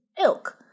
ilk